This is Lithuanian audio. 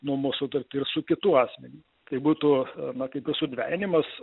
nuomos sutartį ir su kitu asmeniu tai būtų na tai tas sudvejinimas